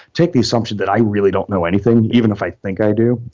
take the assumption that i really don't know anything even if i think i do.